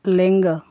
ᱞᱮᱸᱜᱟ